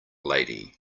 lady